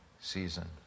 season